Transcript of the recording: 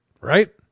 right